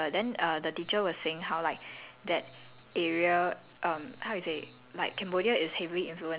everyone was eating food and then I think would we went to cambodia then uh the teacher was saying how like that